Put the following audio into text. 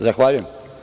Zahvaljujem.